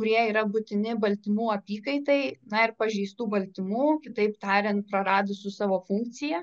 kurie yra būtini baltymų apykaitai na ir pažeistų baltymų kitaip tariant praradusių savo funkciją